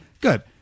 Good